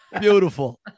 Beautiful